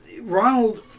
Ronald